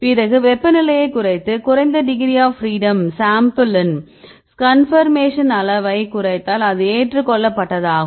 பிறகு வெப்பநிலையை குறைத்து குறைந்த டிகிரி ஆப் ஃப்ரீடம் சாம்பிலின் கன்பர்மேஷன் அளவை குறைத்தால் இது ஏற்றுக்கொள்ள பட்டதாகும்